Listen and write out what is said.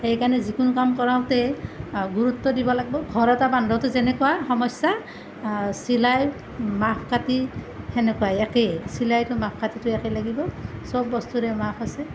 সেইকাৰণে যিকোনো কাম কৰোঁতে গুৰুত্ব দিব লাগিব ঘৰ এটা বান্ধোতে যেনেকুৱা সমস্যা চিলাই মাপ কাঠি সেনেকুৱা একেই চিলাইতো মাপ কাঠিটো একেই লাগিব সব বস্তুৰে মাপ আছে